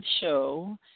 show